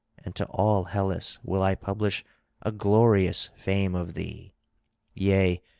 and to all hellas will i publish a glorious fame of thee yea,